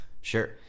Sure